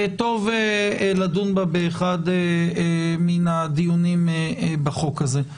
שיהיה טוב לדון בה באחד הדיונים בחוק הזה.